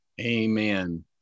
Amen